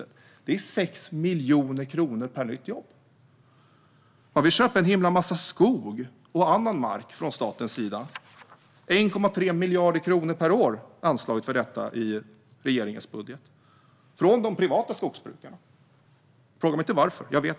Detta innebär 6 miljoner kronor per nytt jobb. Staten vill köpa en himla massa skog och annan mark från privata skogsbrukare - fråga mig inte varför, för jag vet inte. Till detta är 1,3 miljarder kronor per år anslaget i regeringens budget.